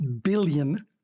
billion